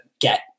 get